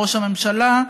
ראש הממשלה,